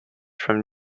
from